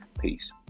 Peace